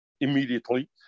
immediately